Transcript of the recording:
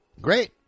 Great